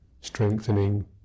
strengthening